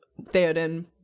Theoden